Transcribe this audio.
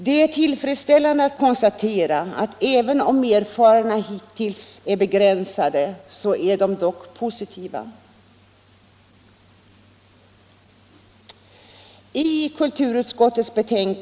Det är tillfredsställande att konstatera att även om erfarenheterna hittills är begränsade är de dock positiva.